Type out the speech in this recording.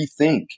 rethink